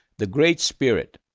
the great spirit.